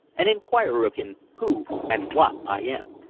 and inquire of him who and what i am.